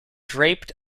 draped